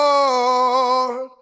Lord